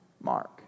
mark